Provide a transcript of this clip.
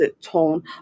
tone